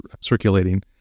circulating